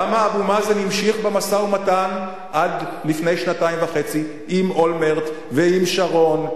למה אבו-מאזן המשיך במשא-ומתן עד לפני שנתיים וחצי עם אולמרט ועם שרון,